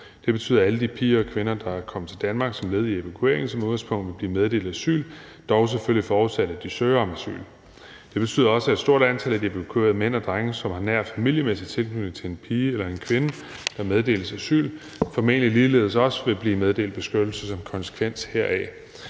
Det betyder, at alle de piger og kvinder, der kom til Danmark som led i evakueringen, som udgangspunkt vil blive meddelt asyl, dog selvfølgelig forudsat at de søger om asyl. Det betyder også, at et stort antal af de evakuerede mænd og drenge, som har nær familiemæssig tilknytning til en pige eller en kvinde, der meddeles asyl, formentlig ligeledes også vil blive meddelt beskyttelse som konsekvens heraf.